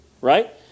Right